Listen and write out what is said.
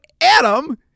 Adam